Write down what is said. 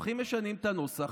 הולכים ומשנים את הנוסח,